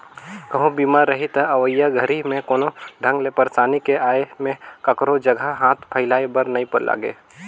कहूँ बीमा रही त अवइया घरी मे कोनो ढंग ले परसानी के आये में काखरो जघा हाथ फइलाये बर नइ लागे